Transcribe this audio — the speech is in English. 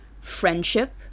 friendship